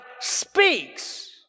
speaks